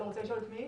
אתה רוצה לשאול משהו?